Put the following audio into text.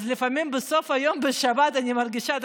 אז לפעמים בסוף היום בשבת אני מרגישה,